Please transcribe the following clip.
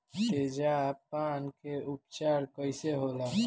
तेजाब पान के उपचार कईसे होला?